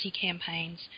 campaigns